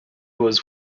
was